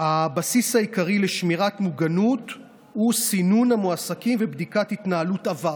הבסיס העיקרי לשמירת מוגנות הוא סינון המועסקים ובדיקת התנהלות עבר,